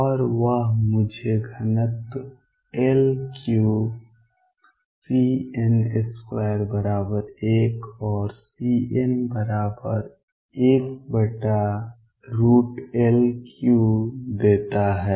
और वह मुझे घनत्व L3CN21 or CN1L3 देता है